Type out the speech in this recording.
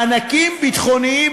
מענקים ביטחוניים